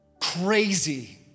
Crazy